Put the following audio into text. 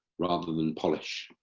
rather than polish.